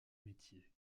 métier